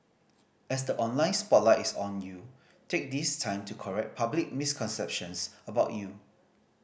as the online spotlight is on you take this time to correct public misconceptions about you